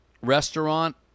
restaurant